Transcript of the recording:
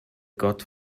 god